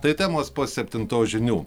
tai temos po septintos žinių